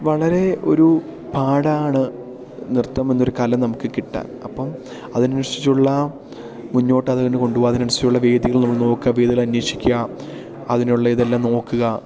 വളരെ ഒരു പാടാണ് നൃത്തം എന്നൊരു കല നമുക്ക് കിട്ടാൻ അപ്പം അതിനനുസരിച്ചുള്ള മുന്നോട്ട് അത് അങ്ങനെ കൊണ്ടുപോവുക അതിനനുസരിച്ചുള്ള വേദികൾ നമ്മൾ നോക്കുക വേദികൾ അന്വേഷിക്കുക അതിനുള്ള ഇതെല്ലാം നോക്കുക